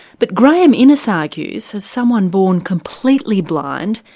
but graeme innis argues, as someone born completely blind,